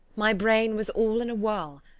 my brain was all in a whirl,